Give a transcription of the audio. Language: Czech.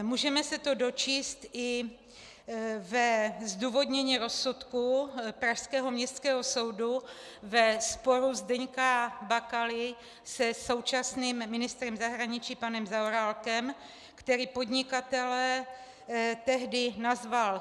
Můžeme se to dočíst i ve zdůvodnění rozsudku pražského Městského soudu ve sporu Zdeňka Bakaly se současným ministrem zahraničí panem Zaorálkem, který podnikatele tehdy nazval gaunerem.